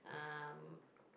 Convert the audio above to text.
um